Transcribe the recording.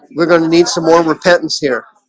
we're gonna need some more repentance here.